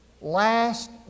last